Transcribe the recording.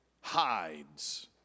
Hides